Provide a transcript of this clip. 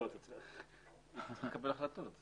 אני לא מבין מה כתוב כאן.